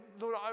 Lord